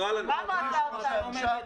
מה המועצה עושה?